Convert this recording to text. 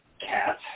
cat